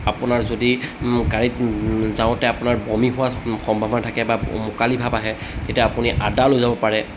আপোনাৰ যদি গাড়ীত যাওঁতে আপোনাৰ বমি হোৱাৰ সম্ভাৱনা থাকে বা উকালি ভাৱ আহে তেতিয়া আপুনি আদা লৈ যাব পাৰে